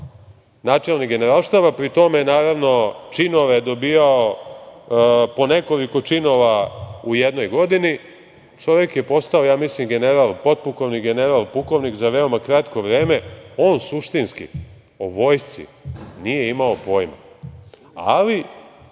načelnik Generalštaba, pri tome je činove dobijao, po nekoliko činova, u jednoj godini, čovek je postao, ja mislim general potpukovnik, general pukovnik za veoma kratko vreme. Suštinski on o vojsci nije imao pojma, ali